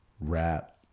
rap